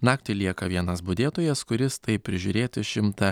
naktį lieka vienas budėtojas kuris taip prižiūrėti šimtą